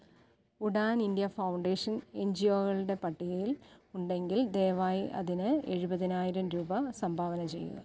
Udan India foundation N G ഓകളുടെ പട്ടികയിൽ ഉണ്ടെങ്കിൽ ദയവായി അതിന് എഴുപതിനായിരം രൂപ സംഭാവന ചെയ്യുക